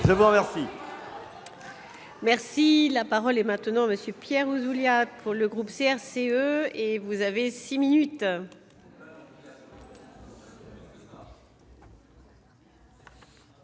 je vous remercie